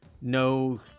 no